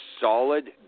solid